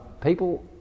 people